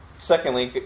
Secondly